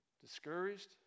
discouraged